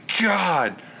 god